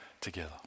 together